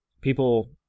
people